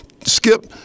Skip